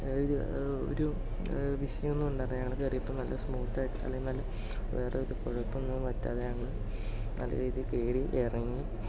ഒരു വിഷയം ഒന്നുമുണ്ടാകാതെയാണ് കയറിയപ്പോൾ നല്ല സ്മൂത്ത് ആയിട്ട് അല്ലേൽ നല്ല വേറെ ഒരു കുഴപ്പം ഒന്നും പറ്റാതെയാണ് നല്ലരീതിയിൽ കയറി ഇറങ്ങി